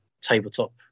tabletop